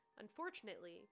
Unfortunately